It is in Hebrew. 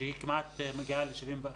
שכמעט מגיעה ל-75%,